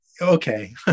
okay